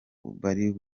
bukire